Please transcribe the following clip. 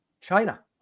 China